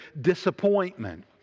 disappointment